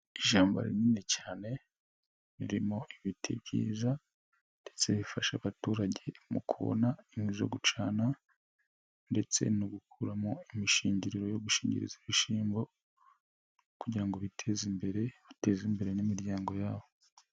ishyamba rinini cyane ririmo ibiti byiza ndetse bifasha abaturage mu kubona inkwi zo gucana ndetse no gukuramo imishingiriro yo gushingiriza ibishyimbo kugira ngo biteze imbere, bateze imbere n'imiryango yabo.